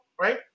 right